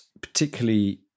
particularly